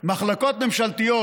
מחלקות ממשלתיות,